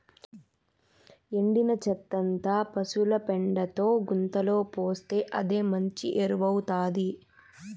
ఎండిన చెత్తంతా పశుల పెండతో గుంతలో పోస్తే అదే మంచి ఎరువౌతాది